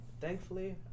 Thankfully